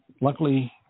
luckily